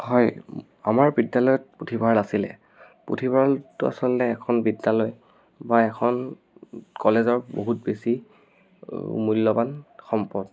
হয় আমাৰ বিদ্যালয়ত পুথিভঁৰাল আছিলে পুথিভঁৰালটো আচলতে এখন বিদ্যালয় বা এখন কলেজৰ বহুত বেছি মূল্যৱান সম্পদ